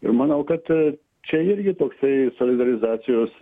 ir manau kad čia irgi toksai solidarizacijos